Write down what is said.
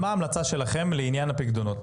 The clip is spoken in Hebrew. מה ההמלצה שלכם לעניין הפיקדונות?